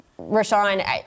Rashawn